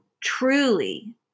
truly